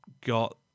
got